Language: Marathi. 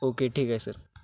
ओके ठीक आहे सर